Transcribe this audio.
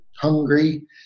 hungry